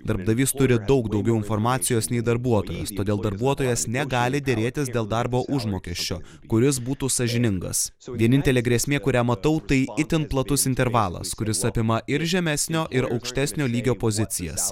darbdavys turi daug daugiau informacijos nei darbuotojas todėl darbuotojas negali derėtis dėl darbo užmokesčio kuris būtų sąžiningas vienintelė grėsmė kurią matau tai itin platus intervalas kuris apima ir žemesnio ir aukštesnio lygio pozicijas